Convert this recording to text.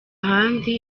ahandi